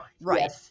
right